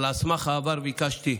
אבל על סמך העבר ביקשתי,